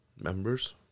Members